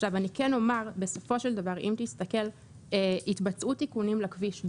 בסופו של דבר, התבצעו תיקונים לכביש.